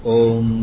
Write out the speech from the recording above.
om